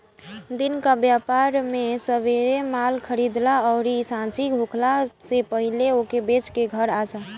दिन कअ व्यापार में सबेरे माल खरीदअ अउरी सांझी होखला से पहिले ओके बेच के घरे आजा